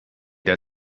der